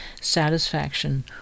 satisfaction